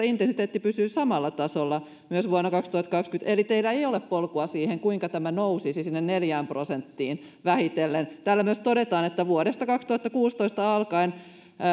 intensiteetti pysyy samalla tasolla myös vuonna kaksituhattakaksikymmentä eli teillä ei ole polkua siihen kuinka tämä nousisi sinne neljään prosenttiin vähitellen täällä myös todetaan että vuodesta kaksituhattakuusitoista alkaen